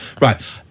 Right